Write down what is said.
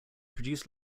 produced